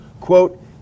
Quote